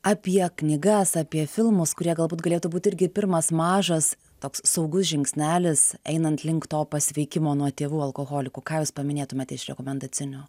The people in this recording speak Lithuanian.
apie knygas apie filmus kurie galbūt galėtų būt irgi pirmas mažas toks saugus žingsnelis einant link to pasveikimo nuo tėvų alkoholikų ką jūs paminėtumėte iš rekomendacinių